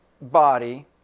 body